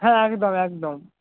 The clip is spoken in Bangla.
হ্যাঁ একদম একদম